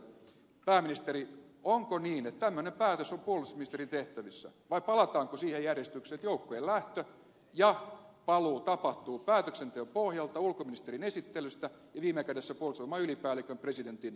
pääministeri onko niin että tämmöinen päätös on puolustusministerin tehtävissä vai palataanko siihen järjestykseen että joukkojen lähtö ja paluu tapahtuu päätöksenteon pohjalta ulkoministerin esittelystä ja viime kädessä puolustusvoimain ylipäällikön presidentin allekirjoituksella